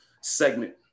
segment